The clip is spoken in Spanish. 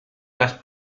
las